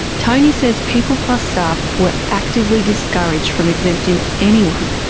tony says peopleplus staff were actively discouraged from exempting anyone,